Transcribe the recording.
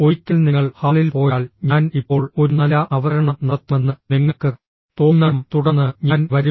ഒരിക്കൽ നിങ്ങൾ ഹാളിൽ പോയാൽ ഞാൻ ഇപ്പോൾ ഒരു നല്ല അവതരണം നടത്തുമെന്ന് നിങ്ങൾക്ക് തോന്നണം തുടർന്ന് ഞാൻ വരും